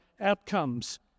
outcomes